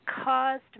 caused